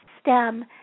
stem